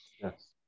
yes